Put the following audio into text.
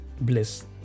bliss